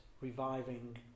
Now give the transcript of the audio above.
reviving